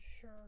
sure